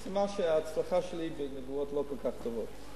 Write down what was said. זה סימן שההצלחה שלי בנבואות לא כל כך גדולה.